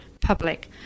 public